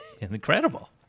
incredible